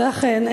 ולכן,